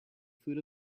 food